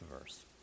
verse